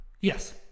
Yes